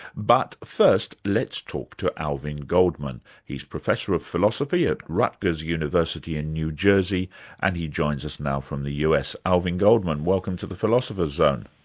but first, let's talk to alvin goldman. he's professor of philosophy at rutgers university in new jersey and he joins us now from the u. s. alvin goldman, welcome to the philosopher's zone.